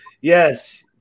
Yes